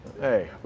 hey